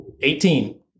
Eighteen